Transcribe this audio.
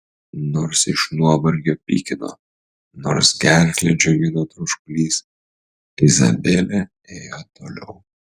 nors iš nuovargio pykino nors gerklę džiovino troškulys izabelė ėjo toliau